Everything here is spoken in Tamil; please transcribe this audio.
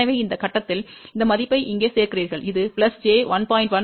எனவே இந்த கட்டத்தில் இந்த மதிப்பை இங்கே சேர்க்கிறீர்கள் இது j 1